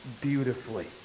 beautifully